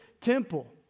temple